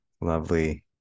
lovely